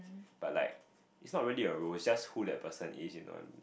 but like it's not really a role is just who that person is you know